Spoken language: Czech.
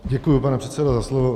Děkuji, pane předsedo, za slovo.